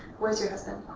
where's your husband?